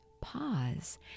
pause